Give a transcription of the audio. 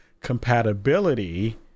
compatibility